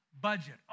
Budget